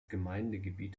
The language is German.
gemeindegebiet